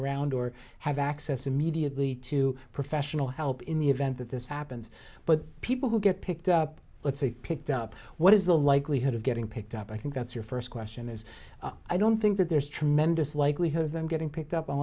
around or have access immediately to professional help in the event that this happens but people who get picked up let's say picked up what is the likelihood of getting picked up i think that's your first question is i don't think that there's tremendous likelihood of them getting picked up